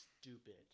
stupid